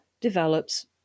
develops